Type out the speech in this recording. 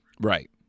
Right